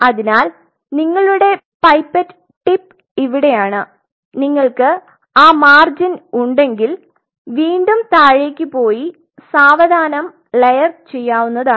അതിനാൽ നിങ്ങളുടെ pipette tip ഇവിടെയാണ് നിങ്ങൾക്ക് ആ മാർജിൻ ഉണ്ടെങ്കിൽ വീണ്ടും താഴേക്ക് പോയി സാവധാനം ലയർ ചെയ്യാവുന്നതാണ്